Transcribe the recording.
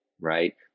right